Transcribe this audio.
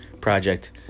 project